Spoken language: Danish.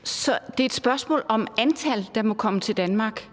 altså et spørgsmål om det antal, der må komme til Danmark.